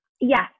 yes